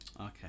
Okay